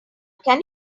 can